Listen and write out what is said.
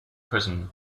prison